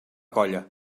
colla